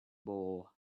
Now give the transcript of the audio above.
ball